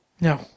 No